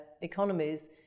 economies